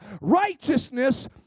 Righteousness